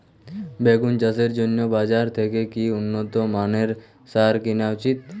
বেগুন চাষের জন্য বাজার থেকে কি উন্নত মানের সার কিনা উচিৎ?